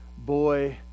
boy